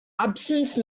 absence